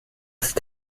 ist